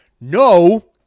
no